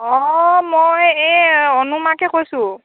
অঁ মই এই অনু মাকে কৈছোঁ